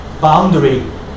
boundary